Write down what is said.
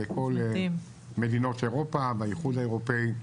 וכל מדינות אירופה והאיחוד האירופי.